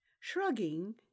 Shrugging